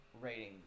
ratings